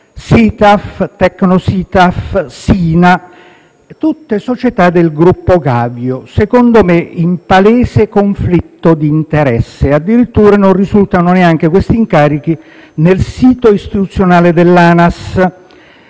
Sitaf, Tecnositaf, Sina sono tutte società del gruppo Gavio), secondo me in palese conflitto di interesse. Addirittura questi incarichi non risultano neanche nel sito istituzionale dell'ANAS.